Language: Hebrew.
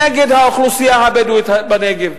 נגד האוכלוסייה הבדואית בנגב.